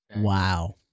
Wow